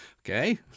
okay